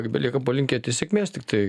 belieka palinkėti sėkmės tiktai